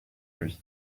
lui